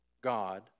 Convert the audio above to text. God